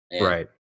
Right